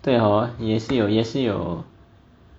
对 hor 也是有也是有